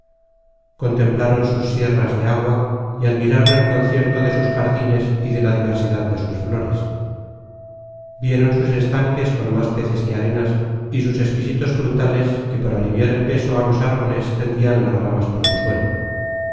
contemplaron sus sierras de agua y admiraron el concierto de sus jardines y de la diversidad de sus flores vieron sus estanques con más peces que arenas y sus exquisitos frutales que por aliviar el peso á los árboles tendian las ramas por el suelo